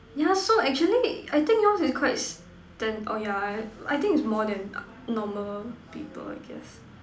yeah so actually I think yours is quite stand oh yeah I think is more than normal people I guess